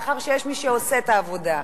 מאחר שיש מי שעושה את העבודה.